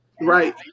Right